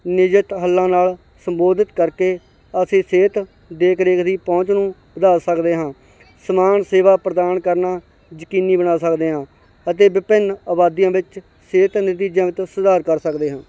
ਨਿਯਤ ਹੱਲਾਂ ਨਾਲ ਸੰਬੋਧਿਤ ਕਰਕੇ ਅਸੀਂ ਸਿਹਤ ਦੇਖ ਰੇਖ ਦੀ ਪਹੁੰਚ ਨੂੰ ਵਧਾ ਸਕਦੇ ਹਾਂ ਸਮਾਨ ਸੇਵਾ ਪ੍ਰਦਾਨ ਕਰਨਾ ਯਕੀਨੀ ਬਣਾ ਸਕਦੇ ਹਾਂ ਅਤੇ ਵਿਭਿੰਨ ਆਬਾਦੀਆਂ ਵਿੱਚ ਸਿਹਤ ਨਤੀਜਿਆਂ ਵਿੱਚ ਸੁਧਾਰ ਕਰ ਸਕਦੇ ਹਾਂ